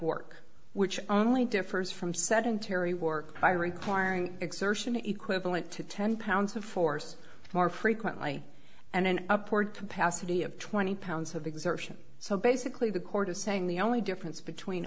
work which only differs from sedentary work by requiring exertion equivalent to ten pounds of force more frequently and an upward capacity of twenty pounds of exertion so basically the court is saying the only difference between